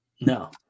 no